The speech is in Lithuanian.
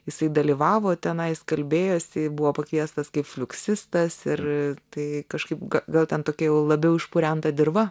jisai dalyvavo tenai jis kalbėjosi buvo pakviestas kaip fliuksistas ir tai kažkaip ga gal ten tokia jau labiau išpurenta dirva